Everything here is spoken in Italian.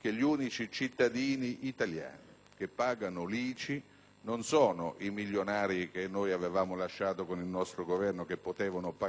che gli unici cittadini italiani che pagano l'ICI non sono i milionari che noi, con il nostro Governo, avevamo escluso